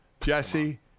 Jesse –